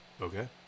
Okay